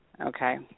Okay